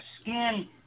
skin